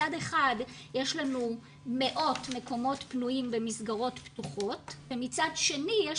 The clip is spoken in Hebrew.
יש לנו מאות מקומות פנויים במסגרות פתוחות ומצד שני יש